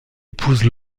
épouse